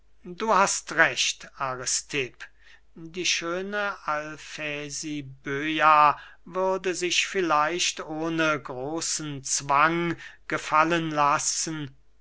du hast recht aristipp die schöne alfesiböa würde sich vielleicht ohne großen zwang gefallen lassen